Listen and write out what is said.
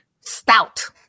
Stout